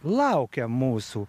laukia mūsų